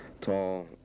tall